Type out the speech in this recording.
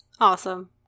Awesome